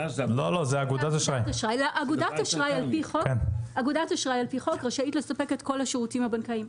אגודת אשראי על פי חוק רשאית לספק את כל השירותים הבנקאיים.